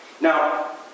Now